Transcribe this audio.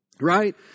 right